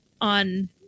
on